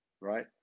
right